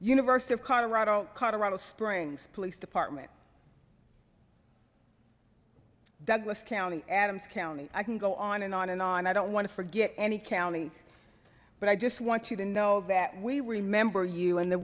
university of colorado colorado springs police department douglas county adams county i can go on and on and on i don't want to forget any county but i just want you to know that we remember you and the